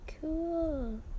cool